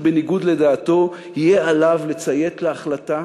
בניגוד לדעתו יהיה עליו לציית להחלטה